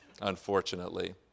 unfortunately